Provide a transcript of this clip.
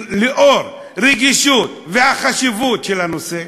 לאור הרגישות והחשיבות של הנושא